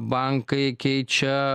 bankai keičia